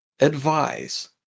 Advise